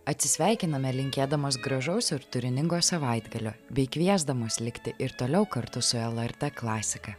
atsisveikiname linkėdamos gražaus ir turiningo savaitgalio bei kviesdamos likti ir toliau kartu su lrt klasika